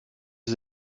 sie